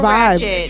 vibes